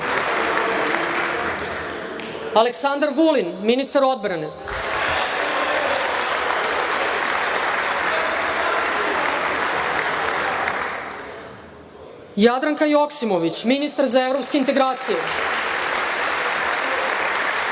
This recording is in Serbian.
Aleksandar Vulin, ministar odbrane, Jadranka Joksimović, ministar za evropske integracije,